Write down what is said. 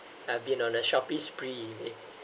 I've been on a shopping spree